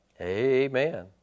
Amen